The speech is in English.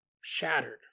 shattered